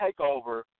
Takeover